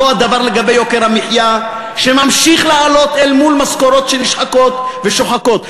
אותו דבר לגבי יוקר המחיה שממשיך לעלות אל מול משכורות שנשחקות ושוחקות.